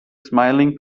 smiling